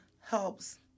helps